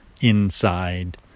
inside